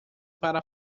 para